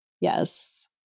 Yes